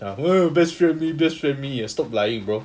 ya !whoa! best friend with me best friend with me eh stop lying bro